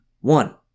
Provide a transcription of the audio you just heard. One